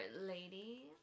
lady